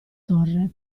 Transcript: torre